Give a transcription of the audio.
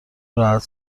راحت